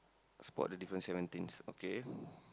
spot the difference seventeens okay